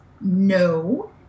No